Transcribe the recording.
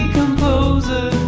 composer